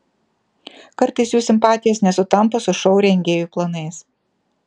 kartais jų simpatijos nesutampa su šou rengėjų planais